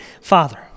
Father